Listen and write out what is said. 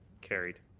carried.